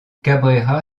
cabrera